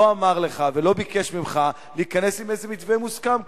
לא אמר לך ולא ביקש ממך להיכנס עם איזה מתווה מוסכם.